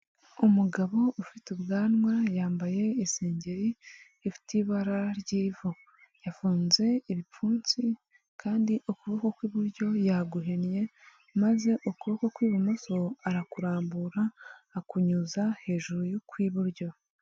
Umugabo ufite ubwanwa yambaye isengeri ifite ibara ry'ivu, yafunze ibipfunsi kandi ukuboko kw'iburyo yaguhinnye maze ukuboko kw'ibumoso arakurambura akunyuza hejuru kw'iburyo.